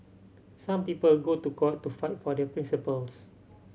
some people go to court to fight for their principles